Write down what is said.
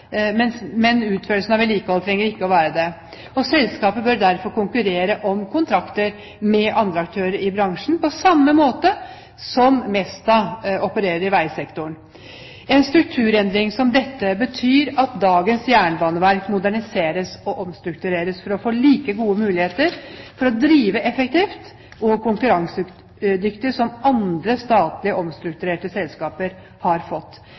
trenger ikke å være det. Selskapet bør derfor konkurrere om kontrakter med andre aktører i bransjen, på samme måte som Mesta opererer i veisektoren. En strukturendring som dette betyr at dagens jernbaneverk moderniseres og omstruktureres for å få like gode muligheter til å drive effektivt og konkurransedyktig som andre statlige omstrukturerte selskaper har fått.